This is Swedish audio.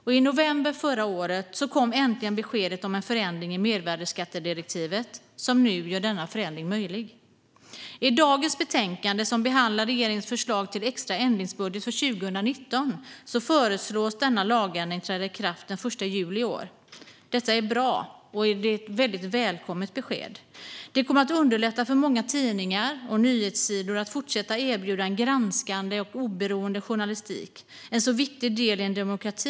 Och i november förra året kom äntligen beskedet om en förändring i mervärdesskattedirektivet som nu gör denna förändring möjlig. I dagens betänkande, som behandlar regeringens förslag till extra ändringsbudget för 2019, föreslås denna lagändring träda i kraft den 1 juli i år. Detta är bra, och det är ett mycket välkommet besked. Det kommer att underlätta för många tidningar och nyhetssidor att fortsätta erbjuda en granskande och oberoende journalistik som är en så viktig del i en demokrati.